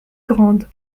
grande